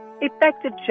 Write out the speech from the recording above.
effective